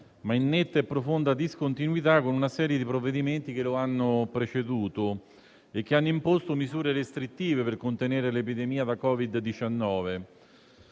ma in netta e profonda discontinuità, con una serie di provvedimenti che lo hanno preceduto e che hanno imposto misure restrittive per contenere l'epidemia da Covid-19.